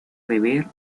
beber